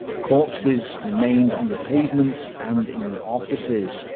corpses remained on the pavements, and in the offices.